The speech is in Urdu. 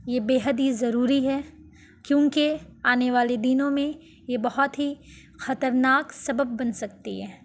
یہ بے حد ہی ضروری ہے کیونکہ آنے والے دنوں میں یہ بہت ہی خطرناک سبب بن سکتی ہے